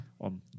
on